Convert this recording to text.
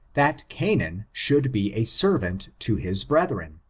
that canaan should be a servant to his brethren.